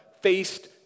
faced